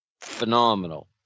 phenomenal